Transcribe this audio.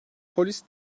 polis